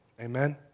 Amen